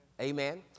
Amen